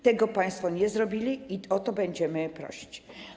Tego państwo nie zrobili i o to będziemy prosić.